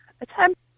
attempt